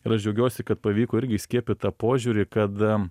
ir aš džiaugiausi kad pavyko irgi įskiepyt tą požiūrį kad